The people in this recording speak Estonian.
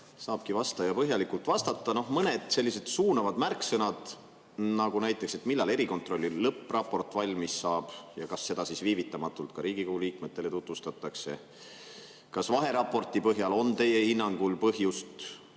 saab vastaja põhjalikult vastata. Mõned sellised suunavad märksõnad. Millal erikontrolli lõppraport valmis saab ja kas seda siis viivitamatult ka Riigikogu liikmetele tutvustatakse? Kas vaheraporti põhjal on teie hinnangul põhjust